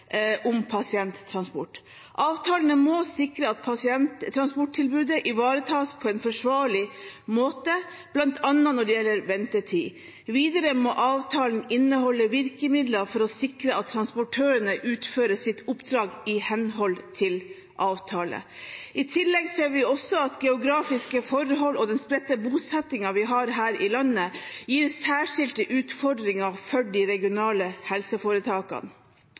om pasienttransport. Avtalene må sikre at pasienttransporttilbudet ivaretas på en forsvarlig måte, bl.a. når det gjelder ventetid. Videre må avtalen inneholde virkemidler for å sikre at transportørene utfører sitt oppdrag i henhold til avtale. I tillegg ser vi at geografiske forhold og den spredte bosettingen vi har her i landet, gir særskilte utfordringer for de regionale helseforetakene.